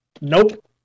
Nope